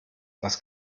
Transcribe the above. das